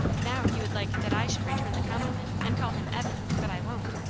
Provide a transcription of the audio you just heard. now he would like that i should return the compliment and call him evan but i won't.